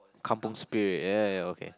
kampung spirit ya ya okay